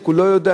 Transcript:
רק הוא לא יודע,